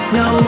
no